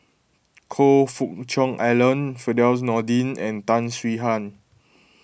Choe Fook Cheong Alan Firdaus Nordin and Tan Swie Hian